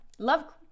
Love